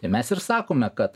tai mes ir sakome kad